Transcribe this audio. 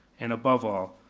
and above all,